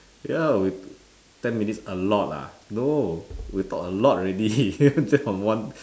ya we ten minutes a lot ah no we talk a lot already just for one